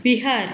Bihar